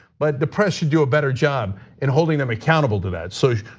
but the pressure to do a better job and holding them accountable to that. so,